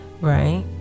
right